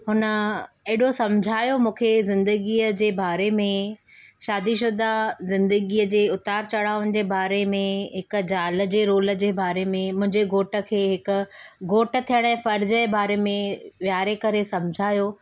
हुन एॾो सम्झायो मूंखे ज़िंदगीअ जे बारे में शादीशुदा ज़िंदगीअ जे उतार चढ़ावनि जे बारे में हिकु ज़ाल जे रोल जे बारे में मुंहिंजे घोठ खे हिकु घोठु थियण जे फ़र्ज़ जे बारे में विहारे करे सम्झायो